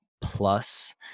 Plus